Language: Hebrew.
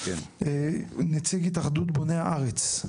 נציג "התאחדות בוני הארץ".